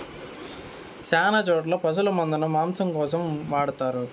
శ్యాన చోట్ల పశుల మందను మాంసం కోసం వాడతారు